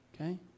okay